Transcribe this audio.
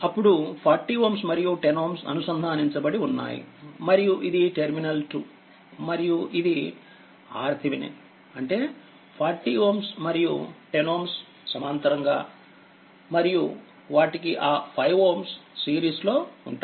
అప్పుడు40 Ωమరియు 10Ω అనుసంధానించబడి ఉన్నాయి మరియు ఇది టెర్మినల్2మరియు ఇది RTheveninఅంటే 40Ωమరియు10Ωసమాంతరంగా మరియు వాటికి ఆ5Ωసిరీస్లో ఉంటాయి